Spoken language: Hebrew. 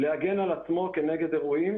להגן על עצמו כנגד אירועים,